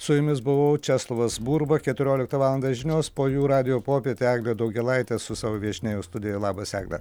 su jumis buvau česlovas burba keturioliktą valandą žinios po jų radijo popietė eglė daugėlaitė su savo viešnia jau studijoj labas egle